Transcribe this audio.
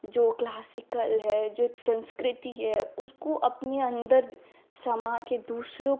जो क्लासिकल है जो संस्कृति है उसको अपने अन्दर समाकर दूसरों